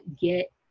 get